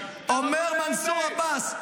אומר מנסור עבאס,